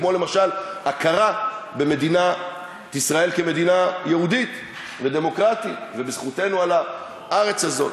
כמו הכרה במדינת ישראל כמדינה יהודית ודמוקרטית ובזכותנו על הארץ הזאת.